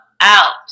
out